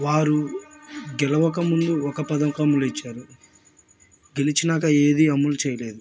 వారు గెలవక ముందు ఒక పథకంలు ఇచ్చారు గెలిచాక ఏది అమలు చేయలేదు